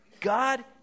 God